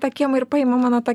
tą kiemą ir paima mano ta